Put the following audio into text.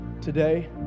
Today